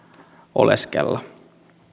oleskella